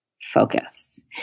focus